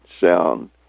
sound